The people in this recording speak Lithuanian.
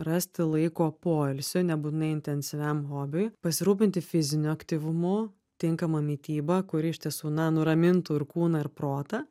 rasti laiko poilsiui nebūtinai intensyviam hobiui pasirūpinti fiziniu aktyvumu tinkama mityba kuri iš tiesų na nuramintų ir kūną ir protą